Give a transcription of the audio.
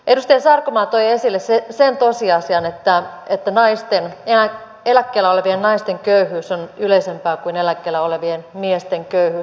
edustaja sarkomaa toi esille sen tosiasian että eläkkeellä olevien naisten köyhyys on yleisempää kuin eläkkeellä olevien miesten köyhyys